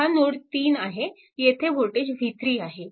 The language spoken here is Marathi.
हा नोड 3 आहे तेथे वोल्टेज v3 आहे